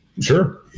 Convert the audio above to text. sure